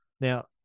Now